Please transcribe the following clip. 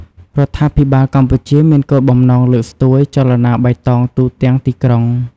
រដ្ឋាភិបាលកម្ពុជាមានគោលបំណងលើកស្ទួយចលនាបៃតងទូទាំងទីក្រុង។